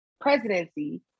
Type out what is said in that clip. presidency